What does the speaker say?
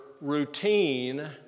routine